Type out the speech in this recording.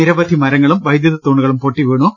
നിരവധി മരങ്ങളും വൈദ്യുത തൂണുകളും പൊട്ടിവീണു